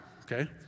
okay